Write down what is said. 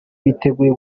biteguye